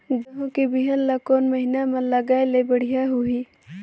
गहूं के बिहान ल कोने महीना म लगाय ले बढ़िया होही?